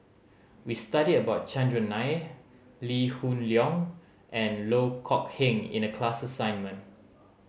we studied about Chandran Nair Lee Hoon Leong and Loh Kok Heng in the class assignment